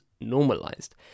normalized